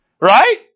Right